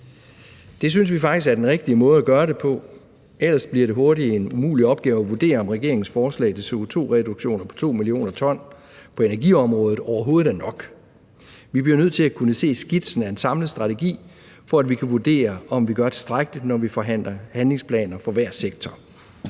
Det synes vi faktisk er den rigtige måde at gøre det på. Ellers bliver det hurtigt en umulig opgave at vurdere, om regeringens forslag til CO2-reduktioner på 2 mio. t på energiområdet overhovedet er nok. Vi bliver nødt til at kunne se skitsen af en samlet strategi, for at vi kan vurdere, om vi gør tilstrækkeligt, når vi forhandler handlingsplaner for hver sektor.